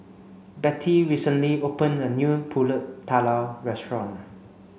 Betty recently opened a new Pulut Tatal restaurant